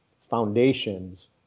foundations